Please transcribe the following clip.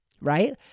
Right